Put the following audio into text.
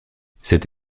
cette